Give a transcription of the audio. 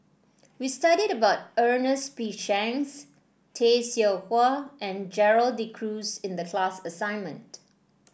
we studied about Ernest P Shanks Tay Seow Huah and Gerald De Cruz in the class assignment